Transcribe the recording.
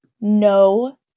no